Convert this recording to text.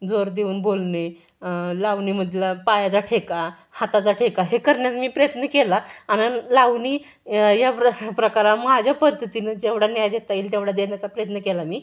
जोर देऊन बोलणे लावणीमधला पायाचा ठेका हाताचा ठेका हे करण्याचा मी प्रयत्न केला आणि लावणी या प्रकारा माझ्या पद्धतीने जेवढा न्याय देता येईल तेवढा देण्याचा प्रयत्न केला मी